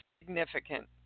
significant